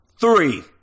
Three